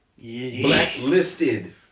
blacklisted